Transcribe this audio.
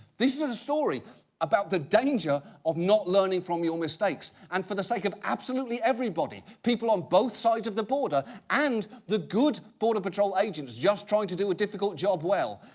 this is a story about the danger of not learning from your mistakes. and for the sake of absolutely everybody, people on both sides of the border, and the good border patrol agents just trying to do a difficult job well,